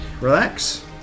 relax